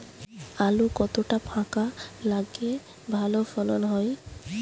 আলু কতটা ফাঁকা লাগে ভালো ফলন হয়?